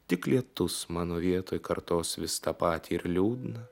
tik lietus mano vietoj kartos vis tą patį ir liūdną